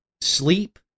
sleep